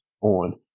on